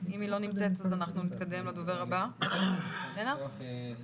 לא חוזרת, נהפוך הוא,